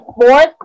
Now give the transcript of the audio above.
fourth